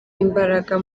imbaraga